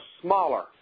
smaller